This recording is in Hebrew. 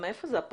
מאיפה זה המושג